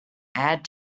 add